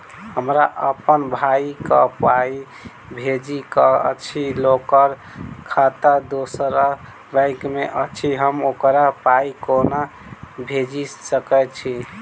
हमरा अप्पन भाई कऽ पाई भेजि कऽ अछि, ओकर खाता दोसर बैंक मे अछि, हम ओकरा पाई कोना भेजि सकय छी?